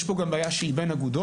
יש פה גם בעיה שהיא בין אגודות,